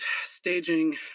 staging